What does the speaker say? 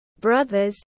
brothers